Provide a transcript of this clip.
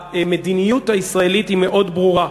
המדיניות הישראלית היא מאוד ברורה: